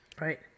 Right